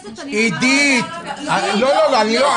עידית, את יודעת מה?